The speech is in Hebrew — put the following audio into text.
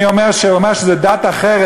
אני אומר שהוא אומר שזו דת אחרת.